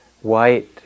white